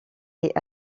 est